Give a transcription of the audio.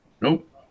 nope